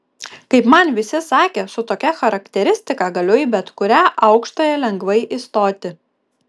kaip man visi sakė su tokia charakteristika galiu į bet kurią aukštąją lengvai įstoti